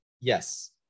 Yes